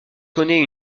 connaît